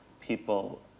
people